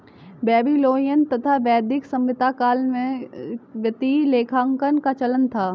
Babylonian तथा वैदिक सभ्यता काल में वित्तीय लेखांकन का चलन था